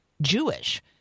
Jewish